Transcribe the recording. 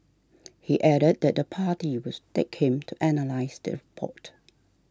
he added that the party was take Kim to analyse the report